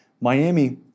Miami